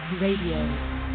Radio